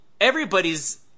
everybody's